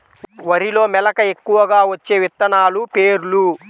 వరిలో మెలక ఎక్కువగా వచ్చే విత్తనాలు పేర్లు?